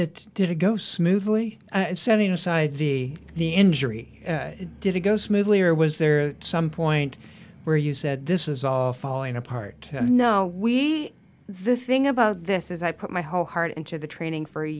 to go smoothly and setting aside the the injury did it go smoothly or was there some point where you said this is all falling apart no we the thing about this is i put my whole heart into the training for a